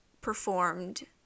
performed